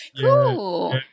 cool